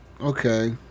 Okay